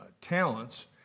talents